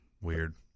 Weird